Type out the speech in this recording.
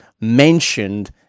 mentioned